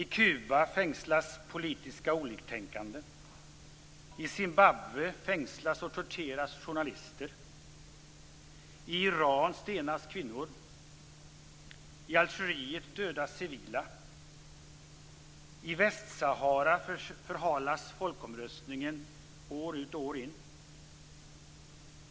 I Kuba fängslas politiskt oliktänkande. I Zimbabwe fängslas och torteras journalister. I Iran stenas kvinnor. I Algeriet dödas civila. I Västsahara förhalas folkomröstningen år ut och år in.